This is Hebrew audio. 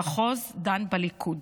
במחוז דן בליכוד.